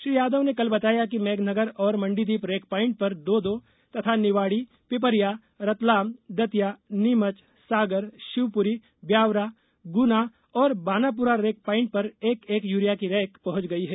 श्री यादव ने कल बताया कि मेघनगर और मण्डीदीप रेक पाइंट पर दो दो तथा निवाड़ी पिपरिया रतलाम दतिया नीमच सागर शिवपुरी ब्यावरा गुना और बानापुरा रैक पाइंट पर एक एक यूरिया की रैक पहुंच गई है